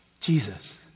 Jesus